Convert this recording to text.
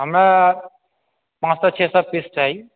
हमरा पाँच सए छओ सए पीस चाही